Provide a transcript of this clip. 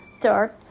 third